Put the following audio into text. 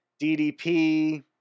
DDP